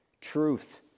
Truth